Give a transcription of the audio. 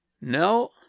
No